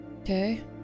Okay